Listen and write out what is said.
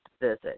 visit